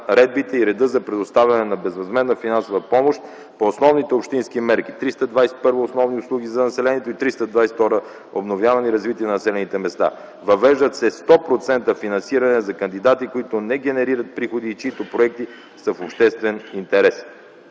наредбите и реда за предоставяне на безвъзмездна финансова помощ по основните общински мерки – 321 „Основни услуги за населението” и 322 „Обновяване и развитие на населените места”. Въвеждат се 100% финансиране за кандидати, които не генерират приходи и чиито проекти са в обществен интерес.